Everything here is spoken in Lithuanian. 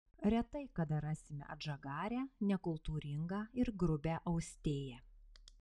retai kada rasime atžagarią nekultūringą ir grubią austėją